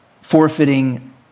forfeiting